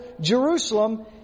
Jerusalem